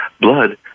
blood